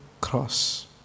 cross